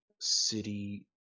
city